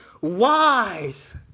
wise